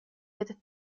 with